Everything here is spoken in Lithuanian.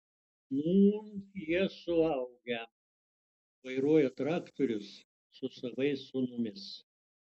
nūn jie suaugę vairuoja traktorius su savais sūnumis